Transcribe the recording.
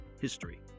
history